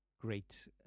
great